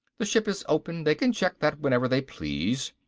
the ship is open, they can check that whenever they please.